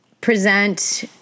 present